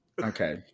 Okay